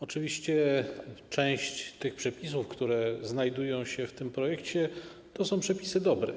Oczywiście część przepisów, które znajdują się w tym projekcie, to są przepisy dobre.